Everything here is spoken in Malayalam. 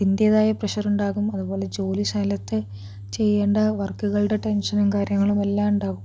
അതിന്റേതായ പ്രഷറുണ്ടാകും അതുപോലെ ജോലി സ്ഥലത്തു ചെയ്യേണ്ട വർക്കുകളുടെ ടെൻഷനും കാര്യങ്ങളും എല്ലാം ഉണ്ടാകും